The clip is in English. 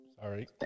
Sorry